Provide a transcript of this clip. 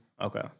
Okay